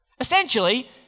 Essentially